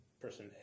Person